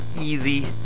easy